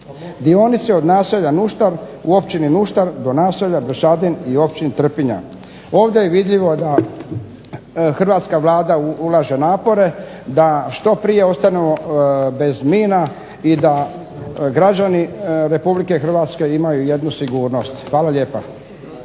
Dionice od naselja Nuštar u općini Nuštar do naselja Bršadin i općini Trpinja. Ovdje je vidljivo da hrvatska Vlada ulaže napore da što prije ostanemo bez mina i da građani Republike Hrvatske imaju jednu sigurnost. Hvala lijepa.